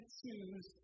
choose